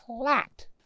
flat